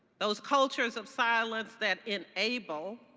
those cultures of silence that enable